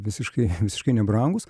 visiškai visiškai nebrangūs